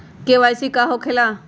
KYC का हो के ला?